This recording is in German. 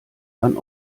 dann